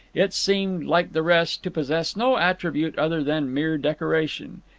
it seemed, like the rest, to possess no attribute other than mere decoration.